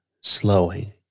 slowing